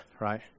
right